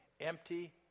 empty